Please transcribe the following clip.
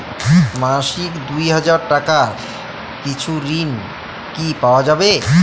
মাসিক দুই হাজার টাকার কিছু ঋণ কি পাওয়া যাবে?